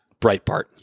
Breitbart